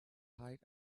height